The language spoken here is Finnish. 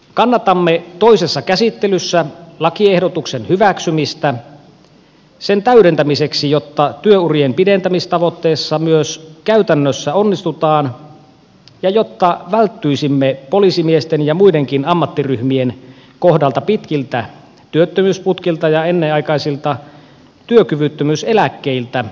kannatamme toisessa käsittelyssä lakiehdotuksen hyväksymistä sen täydentämiseksi jotta työurien pidentämistavoitteessa myös käytännössä onnistutaan ja jotta välttyisimme poliisimiesten ja muidenkin ammattiryhmien kohdalla pitkiltä työttömyysputkilta ja ennenaikaisilta työkyvyttömyyseläkkeiltä